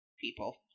people